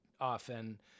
often